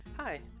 Hi